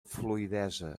fluïdesa